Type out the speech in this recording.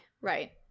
right